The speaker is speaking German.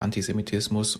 antisemitismus